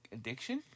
Addiction